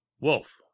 wolf